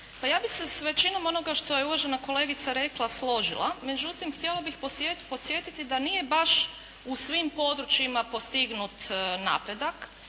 Pa ja bih se s većinom onoga što je uvažena kolegica rekla složila, međutim htjela bih podsjetiti da nije baš u svim područjima postignut napredak,